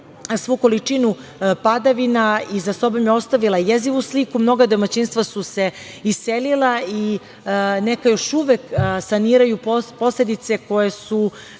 svu količinu padavina i za sobom je ostavila jezivu sliku. Mnoga domaćinstva su se iselila, neka još uvek saniraju posledice koje su